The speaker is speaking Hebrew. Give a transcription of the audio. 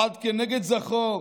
אחד כנגד זכור